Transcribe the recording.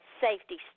safety